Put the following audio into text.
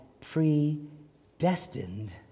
predestined